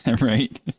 Right